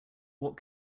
what